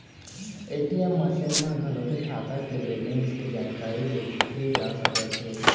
ATM machine म घलोक खाता के बेलेंस के जानकारी देखे जा सकत हे